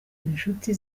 inshuti